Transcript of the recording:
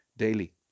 Daily